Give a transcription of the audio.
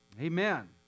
Amen